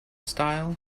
style